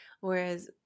Whereas